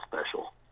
special